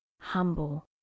humble